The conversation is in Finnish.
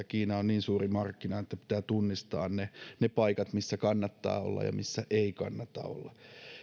kiina on niin suuri markkina että pitää tunnistaa ne ne paikat missä kannattaa olla ja missä ei kannata olla